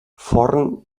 forn